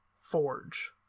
forge